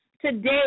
today